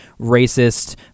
racist